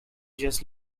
just